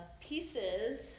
pieces